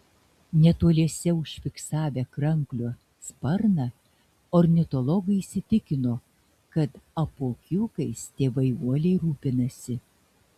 netoliese užfiksavę kranklio sparną ornitologai įsitikino kad apuokiukais tėvai uoliai rūpinasi